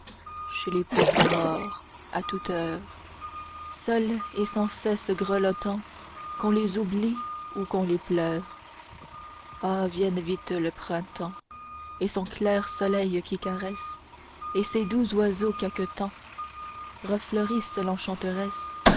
chez les pauvres morts à toute heure seuls et sans cesse grelottants qu'on les oublie ou qu'on les pleure ah vienne vite le printemps et son clair soleil qui caresse et ses doux oiseaux caquetants refleurisse